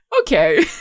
Okay